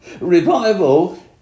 Revival